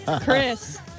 Chris